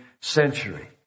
century